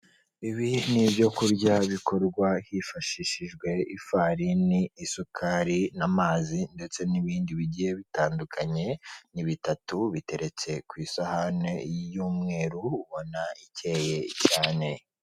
Ibi ni ibyo kurya bikorwa hifashishijwe ifarini, isukari, amazi ndetse n'ibindi bigiye bitandukanye ni bitatu biteretse ku isahani y'umweru ubona icye cyane.